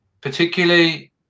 particularly